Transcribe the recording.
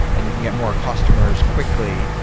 and you get more customers quickly.